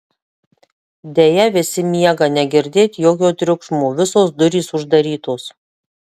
deja visi miega negirdėt jokio triukšmo visos durys uždarytos